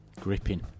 gripping